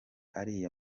ariya